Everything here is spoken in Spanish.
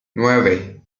nueve